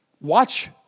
Watch